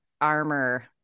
armor